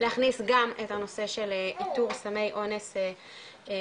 להכניס גם את הנושא של איתור סמי אונס מוכרים.